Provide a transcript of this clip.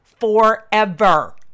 forever